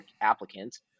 applicants